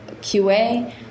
QA